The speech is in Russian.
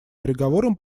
переговорам